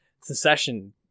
secession